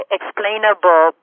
Explainable